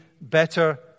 better